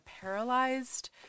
paralyzed